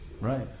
Right